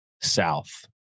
South